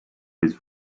his